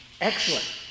Excellent